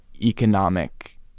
economic